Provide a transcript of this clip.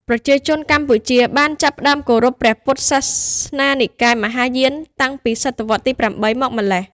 ប្រជាជនកម្ពុជាបានចាប់ផ្តើមគោរពព្រះពុទ្ធសាសនានិកាយមហាយានតាំងពី សតវត្សរ៍ទី ៨ មកម្ល៉េះ។